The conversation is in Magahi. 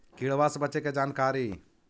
किड़बा से बचे के जानकारी?